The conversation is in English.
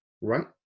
right